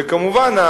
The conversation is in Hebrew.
כמובן,